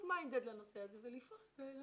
צריך להיות מיינדד לנושא הזה ולפעול.